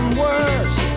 worse